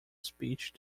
speech